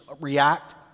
react